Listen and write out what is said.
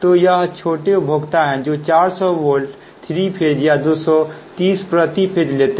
तो ये छोटे उपभोक्ता हैं जो 400 V 3 फेज या 230 प्रति फेज लेते है